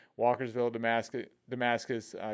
Walkersville-Damascus